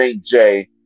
Jay